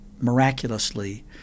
miraculously